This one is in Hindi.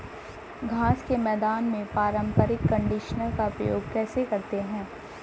घास के मैदान में पारंपरिक कंडीशनर का प्रयोग कैसे करते हैं?